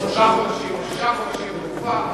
לשישה חודשים או לתקופה,